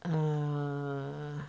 err